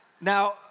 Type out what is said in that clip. Now